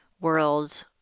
world